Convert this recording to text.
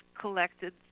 collected